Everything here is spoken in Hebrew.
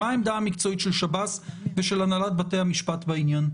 מה העמדה המקצועית של שב"ס ושל הנהלת בתי המשפט בעניין?